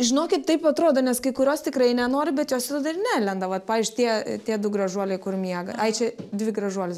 žinokit taip atrodo nes kai kurios tikrai nenori bet jos vis dar nelenda vat pavyzdžiui tie tie du gražuoliai kur miega ai čia dvi gražuolės